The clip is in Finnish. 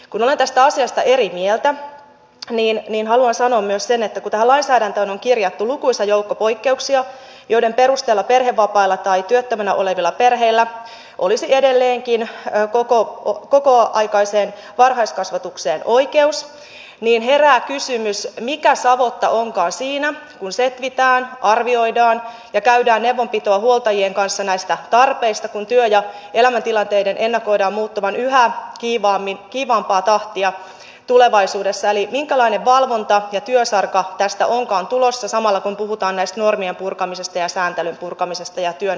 kun olen tästä asiasta eri mieltä niin haluan sanoa että kun tähän lainsäädäntöön on kirjattu lukuisa joukko poikkeuksia joiden perusteella perhevapaalla tai työttömänä olevilla perheillä olisi edelleenkin kokoaikaiseen varhaiskasvatukseen oikeus niin herää kysymys mikä savotta onkaan siinä kun setvitään arvioidaan ja käydään neuvonpitoa huoltajien kanssa näistä tarpeista kun työn ja elämäntilanteiden ennakoidaan muuttuvan yhä kiivaampaa tahtia tulevaisuudessa eli minkälainen valvonta ja työsarka tästä onkaan tulossa samalla kun puhutaan näistä normienpurkamisesta ja sääntelyn purkamisesta ja työn helpottamisesta